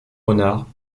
renard